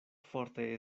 forte